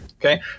okay